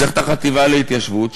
צריך את החטיבה להתיישבות,